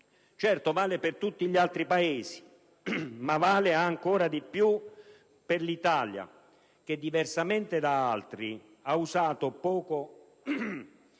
questo vale per tutti i Paesi, ma vale ancora di più per l'Italia che, diversamente da altri, ha usato poco